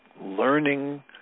learning